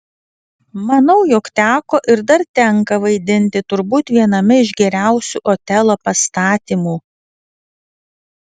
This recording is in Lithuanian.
manau jog teko ir dar tenka vaidinti turbūt viename iš geriausių otelo pastatymų